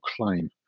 claim